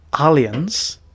aliens